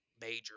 major